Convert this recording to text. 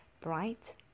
Bright